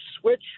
switch